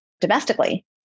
domestically